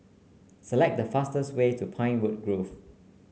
select the fastest way to Pinewood Grove